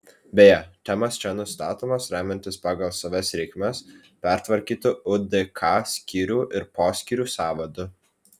beje temos čia nustatomos remiantis pagal savas reikmes pertvarkytu udk skyrių ir poskyrių sąvadu